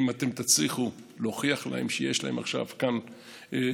אם אתם תצליחו להוכיח להם שיש להם עכשיו כאן תוכניות